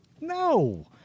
no